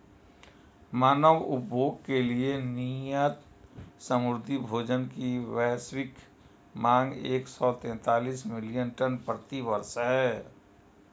मानव उपभोग के लिए नियत समुद्री भोजन की वैश्विक मांग एक सौ तैंतालीस मिलियन टन प्रति वर्ष है